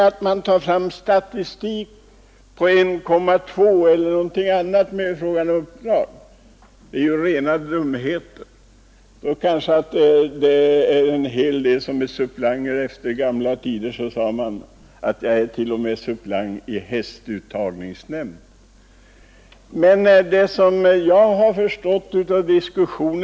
Att ta fram en statistik som visar att medeltalet uppdrag är 1,2 är ju rena dumheten. Där ingår kanske dessutom en del suppleanter i hästuttagningsnämnden, som det brukade heta förr i tiden.